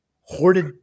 hoarded